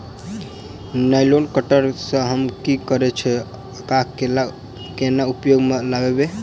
Nylon cutter सँ हम की करै छीयै आ केना उपयोग म लाबबै?